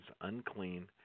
unclean